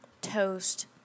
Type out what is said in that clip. toast